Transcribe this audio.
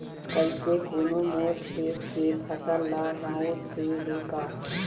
कइसे कोनो मोर खेत के फसल ल रंउद दे हे का?